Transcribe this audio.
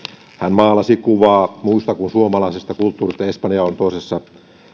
maalasi kuvaa muusta kuin suomalaisesta kulttuurista espanja on toisessa